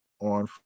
on